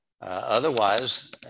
Otherwise